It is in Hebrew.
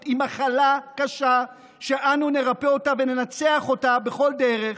היא מחלה קשה שאנו נרפא וננצח בכל דרך.